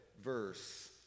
verse